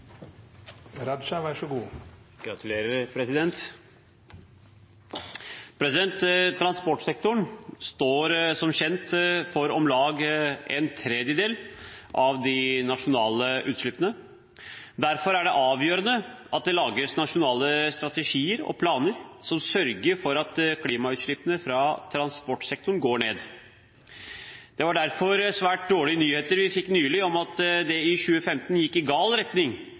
lages nasjonale strategier og planer som sørger for at klimautslippene fra transportsektoren går ned. Det var derfor svært dårlige nyheter vi fikk nylig om at det i 2015 gikk i gal retning,